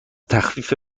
تخفیف